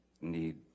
need